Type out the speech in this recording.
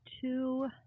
two